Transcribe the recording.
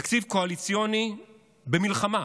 תקציב קואליציוני במלחמה.